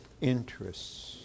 interests